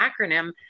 acronym